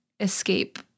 escape